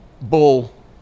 bull